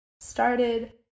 started